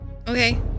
Okay